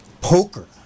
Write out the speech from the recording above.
poker